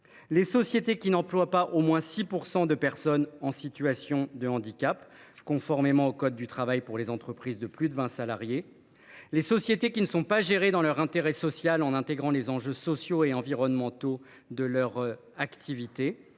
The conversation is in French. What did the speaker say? salariés qui n’emploient pas au moins 6 % de personnes en situation de handicap, conformément au code du travail ; aux sociétés qui ne sont pas gérées dans leur intérêt social, en intégrant les enjeux sociaux et environnementaux de leur activité